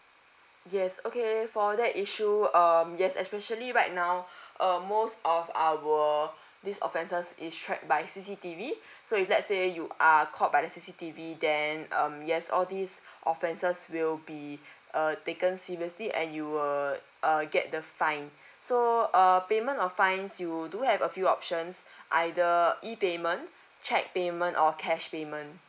yes okay for that issue um yes especially right now um most of our this offences is track by C_C_T_V so if let's say you are caught by the C_C_T_V then um yes all these offenses will be err taken seriously and you will uh get the fine so err payment of fines you do have a few options either e payment cheque payment or cash payment